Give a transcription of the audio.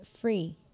free